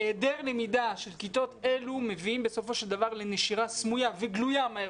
היעדר למידה של כיתות אלו מביאה בסופו של דבר לנשירה סמויה וגלויה מהר